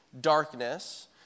darkness